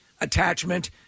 attachment